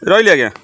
ରହିଲେ ଆଜ୍ଞା